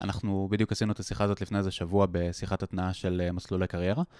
אנחנו בדיוק עשינו את השיחה הזאת לפני איזה שבוע בשיחת התנעה של מסלול קריירה.